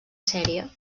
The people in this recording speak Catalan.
sèrie